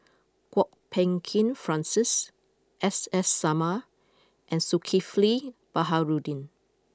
Kwok Peng Kin Francis S S Sarma and Zulkifli Baharudin